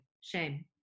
Shame